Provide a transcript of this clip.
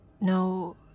no